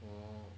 oo